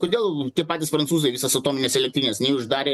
kodėl tie patys prancūzai visas atomines elektrines nei uždarė